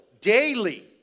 daily